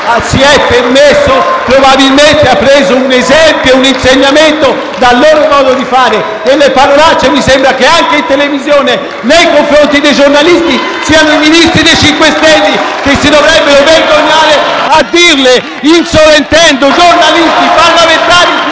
si è permesso, probabilmente ha preso esempio e insegnamento dal loro modo di fare. Per le parolacce mi sembra che anche in televisione, nei confronti dei giornalisti, siano i Ministri dei 5 Stelle che si dovrebbero vergognare a dirle, insolentendo giornalisti, parlamentari e